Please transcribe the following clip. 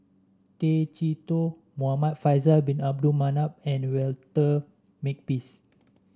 Tay Chee Toh Muhamad Faisal Bin Abdul Manap and Walter Makepeace